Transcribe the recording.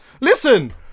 Listen